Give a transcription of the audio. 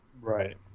Right